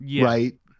Right